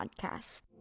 podcast